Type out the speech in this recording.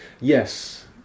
Yes